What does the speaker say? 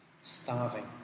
Starving